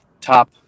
top